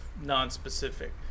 non-specific